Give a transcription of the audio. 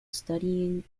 studying